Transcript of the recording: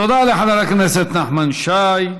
תודה לחבר הכנסת נחמן שי.